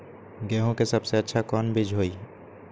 गेंहू के सबसे अच्छा कौन बीज होई?